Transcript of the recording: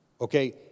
okay